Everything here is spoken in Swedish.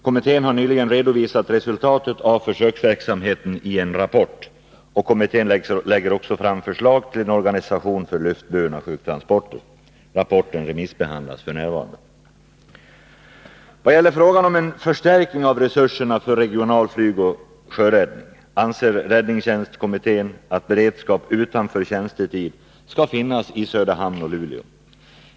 Kommittén har nyligen redovisat resultatet av försöksverksamheten i en 143 rapport. Kommittén lägger också fram förslag till en organisation för luftburna sjuktransporter. Rapporten remissbehandlas f. n. Vad gäller frågan om en förstärkning av resurserna för regional flygoch sjöräddning anser räddningstjänstkommittén att beredskap utanför tjänstetid skall finnas i Söderhamn och Luleå.